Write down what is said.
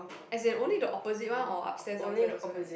as they also the opposite one or upstair downstairs also have